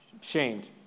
shamed